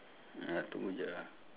slingshot